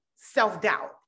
self-doubt